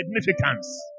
significance